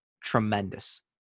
tremendous